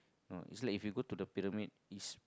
no it's like if you go to pyramid it's